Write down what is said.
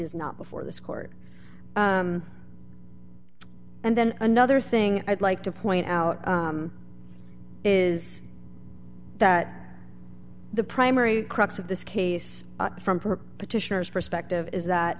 is not before this court and then another thing i'd like to point out is that the primary crux of this case from petitioner's perspective is that